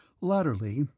latterly